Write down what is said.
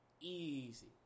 Easy